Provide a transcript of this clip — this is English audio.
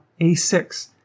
a6